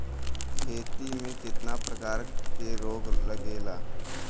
खेती में कितना प्रकार के रोग लगेला?